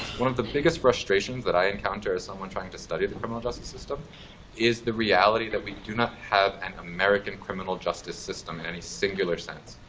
one of the biggest frustrations that i encounter as someone trying to study the criminal justice system is the reality that we do not have an american criminal justice system in any singular sense.